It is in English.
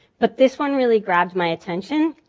but this one really grabbed my attention.